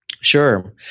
sure